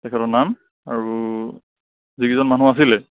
তেখেতৰ নাম আৰু যি কেইজন মানুহ আছিলে